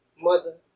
mother